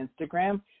Instagram